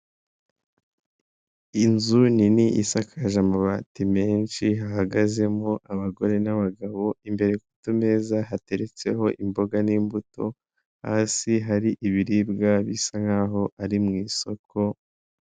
Inzu nini isakaje amabati menshi hahagazemo abagore n'abagabo imbere k'utumeza, hateretseho imboga n'imbuto, hasi hari ibiribwa bisa nkaho ari mu isoko.